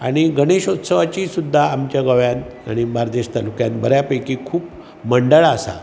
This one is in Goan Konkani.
आनी गणेश उत्सवाची सुद्दां आमच्या गोंव्यांत बार्देज तालुक्यांत बऱ्या पैकी खूब मंडळां आसा